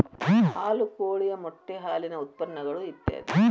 ಹಾಲು ಕೋಳಿಯ ಮೊಟ್ಟೆ ಹಾಲಿನ ಉತ್ಪನ್ನಗಳು ಇತ್ಯಾದಿ